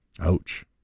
ouch